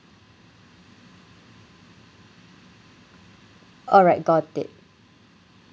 alright got it